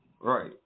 Right